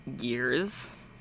years